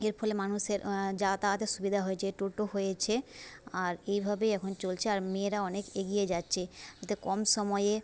এর ফলে মানুষের যাতায়াতের সুবিধা হয়েছে টোটো হয়েছে আর এইভাবেই এখন চলছে আর মেয়েরা অনেক এগিয়ে যাচ্ছে কম সময়ে